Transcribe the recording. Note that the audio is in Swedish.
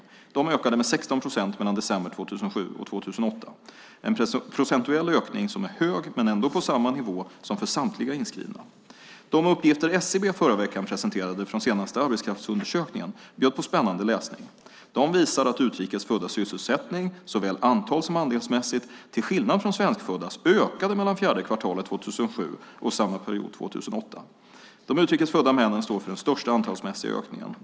Det antalet ökade med 16 procent mellan december 2007 och december 2008 - en procentuell ökning som är hög men ändå på samma nivå som för samtliga inskrivna. De uppgifter som SCB förra veckan presenterade från senaste arbetskraftsundersökningen bjöd på spännande läsning. De visar att utrikes föddas sysselsättning såväl antals som andelsmässigt, till skillnad från svenskföddas, ökade mellan fjärde kvartalet 2007 och samma period 2008. De utrikes födda männen står för den största ökningen antalsmässigt.